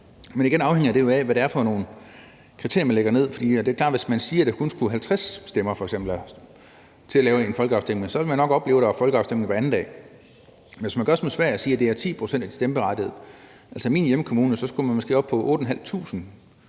Men igen afhænger det jo af, hvad det er for nogle kriterier, man lægger ned over det, for hvis man siger, at der f.eks. kun skulle 50 stemmer til at have en folkeafstemning, så ville man nok opleve, at der var folkeafstemninger hver anden dag, men man kunne gøre som i Sverige, hvor man siger, at det er 10 pct. af de stemmeberettigede. I min hjemkommune skulle man måske op på 8.500